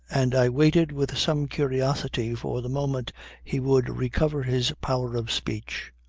and i waited with some curiosity for the moment he would recover his power of speech.